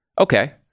Okay